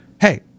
Hey